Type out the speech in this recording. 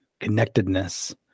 connectedness